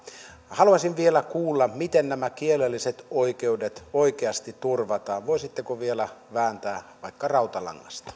haluaisin vielä kuulla miten nämä kielelliset oikeudet oikeasti turvataan voisitteko vielä vääntää vaikka rautalangasta